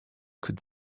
could